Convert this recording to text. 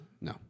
no